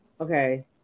okay